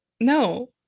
No